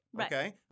okay